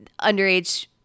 underage